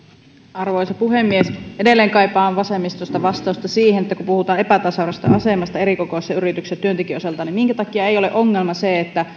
arvoisa puhemies edelleen kaipaan vasemmistosta vastausta siihen kun puhutaan epätasa arvoisesta asemasta erikokoisissa yrityksissä työntekijöiden osalta minkä takia ei ole ongelma se että